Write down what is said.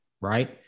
right